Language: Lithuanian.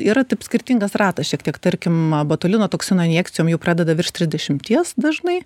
yra taip skirtingas ratas šiek tiek tarkim botulino toksino injekcijom jau pradeda virš trisdešimties dažnai